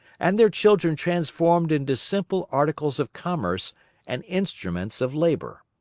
and their children transformed into simple articles of commerce and instruments of labour.